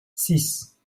six